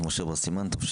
משה בר סימנטוב,